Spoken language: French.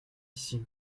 ici